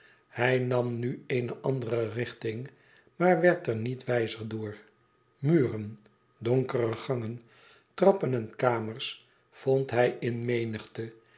hij nam nu eene andere richting maar werd er niet wijzer door muren donkere gangen trappen en kamers vond hij in menigte